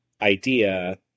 idea